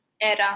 era